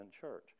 church